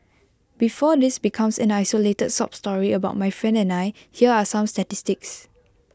before this becomes an isolated sob story about my friend and I here are some statistics